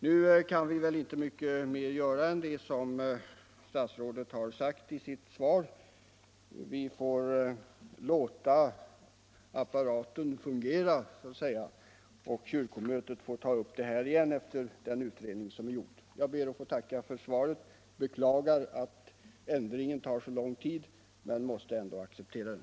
Nu kan vi väl inte göra mycket mer än vad statsrådet har redovisat i sitt svar. Vi får så att säga låta apparaten fungera och kyrkomötet har så att ta upp frågan igen efter den utredning som är gjord. Jag tackar än en gång för svaret, beklagar att ändringen tar så lång tid men måste ändå acceptera det.